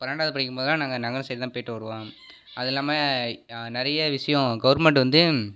பன்னெண்டாவது படிக்கும்போதுலாம் நாங்கள் நகரம் சைடு தான் போய்ட்டு வருவோம் அது இல்லாமல் நிறைய விஷயம் கவர்மெண்ட் வந்து